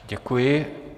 Děkuji.